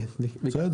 כן.